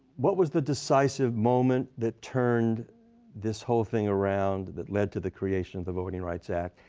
what was the decisive moment that turned this whole thing around, that led to the creation of the voting rights act?